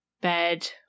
bed